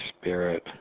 spirit